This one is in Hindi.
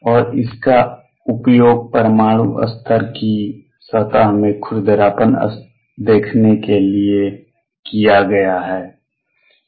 और इसका उपयोग परमाणु स्तर की सतह में खुरदरापन देखने के लिए किया गया है